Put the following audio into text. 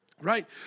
Right